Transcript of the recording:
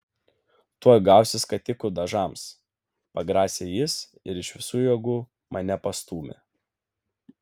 tuoj gausi skatikų dažams pagrasė jis ir iš visų jėgų mane pastūmė